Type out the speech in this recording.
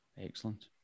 excellent